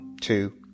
Two